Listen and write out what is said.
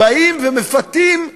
באים ומפתים בהלוואה,